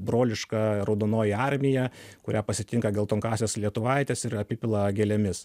broliška raudonoji armija kurią pasitinka geltonkasės lietuvaitės ir apipila gėlėmis